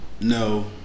no